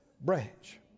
branch